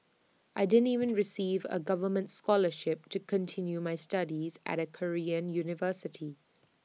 I didn't even receive A government scholarship to continue my studies at A Korean university